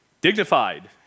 dignified